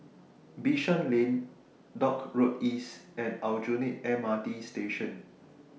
Bishan Lane Dock Road East and Aljunied MRT Station